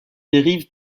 dérivent